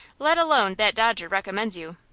let alone that dodger recommends you.